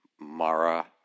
Mara